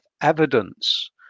evidence